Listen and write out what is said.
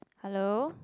hello